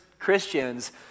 Christians